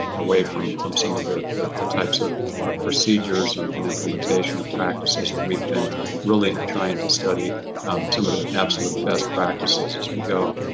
away from from some of the the types of of procedures and implementation of practices that we've been really trying to study um some of the absolute best practices as we go.